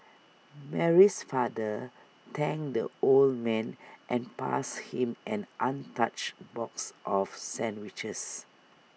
Mary's father thanked the old man and passed him an untouched box of sandwiches